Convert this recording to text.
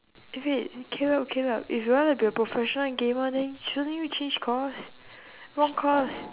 eh wait you cannot cannot if you wanna be a professional gamer then shouldn't you change course wrong course